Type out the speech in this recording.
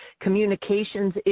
communications